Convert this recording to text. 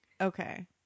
Okay